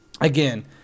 Again